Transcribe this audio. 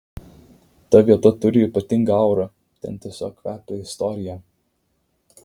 ta vieta turi ypatingą aurą ten tiesiog kvepia istorija